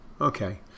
Okay